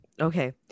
Okay